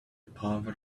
power